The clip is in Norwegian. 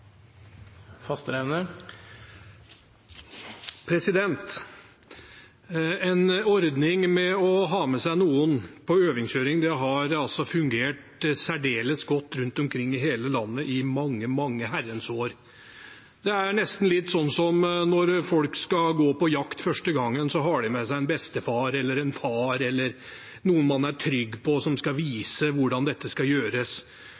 ordning. Ordningen med å ha med seg noen på øvingskjøring har fungert særdeles godt rundt omkring i hele landet i mange, mange herrens år. Det er nesten litt som når folk skal gå på jakt første gang og har med seg en bestefar, far eller noen man er trygg på. De skal vise hvordan det skal gjøres,